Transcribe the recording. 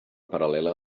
paral·lela